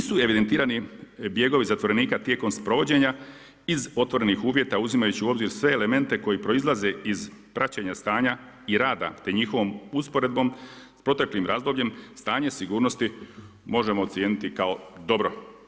Nisu evidentirani bjegovi zatvorenika tijekom sprovođenja iz otvorenih uvjeta uzimajući u obzir sve elemente koji proizlaze iz praćenja stanja i rada, te njihovom usporedbom s proteklim razdobljem, stanje sigurnosti možemo ocijeniti kao dobro.